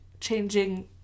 changing